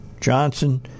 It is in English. Johnson